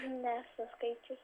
nesu skaičius